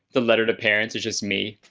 the letter to parents is just me.